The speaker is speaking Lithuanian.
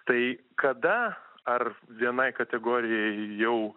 tai kada ar vienai kategorijai jau